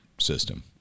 system